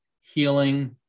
healing